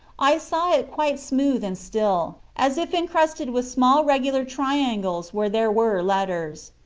i saw it quite smooth and still, as if encrusted with small regular tri angles where there were letters.